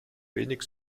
wenig